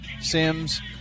Sims